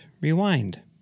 rewind